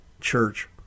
church